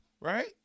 right